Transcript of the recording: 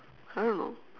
I don't know